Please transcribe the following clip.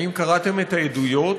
האם קראתם את העדויות?